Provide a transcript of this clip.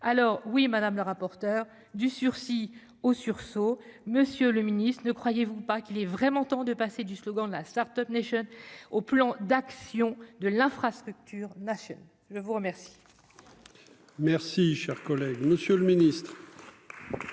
alors oui, madame la rapporteure du sursis au sursaut Monsieur le Ministre, ne croyez-vous pas qu'il est vraiment temps de passer du slogan de la Start-Up nation au plan d'action de l'infrastructure nationale je vous remercie. Merci, cher collègue, Monsieur le Ministre.